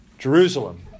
Jerusalem